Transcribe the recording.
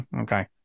okay